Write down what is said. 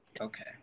Okay